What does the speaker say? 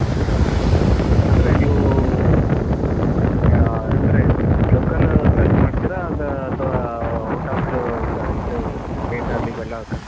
okay okay okay ಅಂದರೆ ನೀವೂ ಈಗ ಅಂದರೆ ಲೋಕಲ್ ಸರ್ವ್ ಮಾಡ್ತೀರಾ ಅದು ಅಥವಾ ಔಟ್ ಆಫ್ ಈಗ ಇದು ಪ್ಲೇಟ್ ಅಲ್ಲಿ ಇವೆಲ್ಲ ಹಾಕೊಂಡು